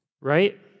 right